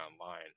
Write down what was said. online